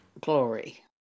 glory